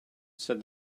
said